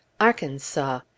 arkansas